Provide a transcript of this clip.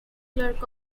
clerk